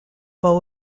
bow